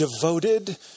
devoted